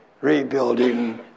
rebuilding